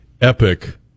epic